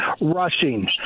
rushing